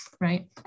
right